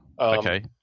Okay